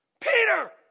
Peter